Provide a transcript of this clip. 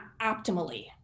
optimally